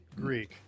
Greek